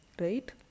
Right